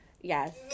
Yes